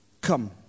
come